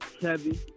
Kevin